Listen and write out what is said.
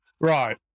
right